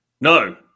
no